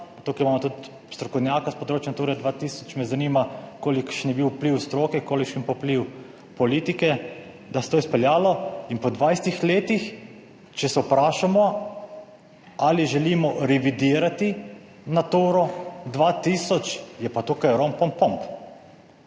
tukaj imamo tudi strokovnjaka s področja Nature 2000, me zanima, kolikšen je bil vpliv stroke, kolikšen pa vpliv politike, da se je to izpeljalo in po 20. letih, če se vprašamo ali želimo revidirati Naturo 2000, je pa tukaj rompompom.